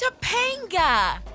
Topanga